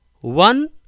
one